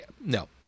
No